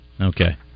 Okay